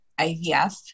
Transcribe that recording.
IVF